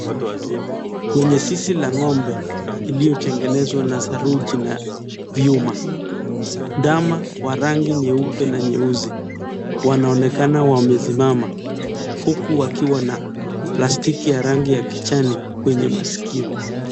Kwenye zizi la ng’ombe iliyotengenezwa na saruji na vyuma. Ndama wa rangii nyeupe na nyeusi wanaonekana wamesimama, huku wakiwa na plastiki ya rangi ya kijani kwenye maskio.